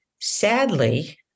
Sadly